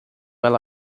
ela